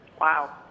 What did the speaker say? Wow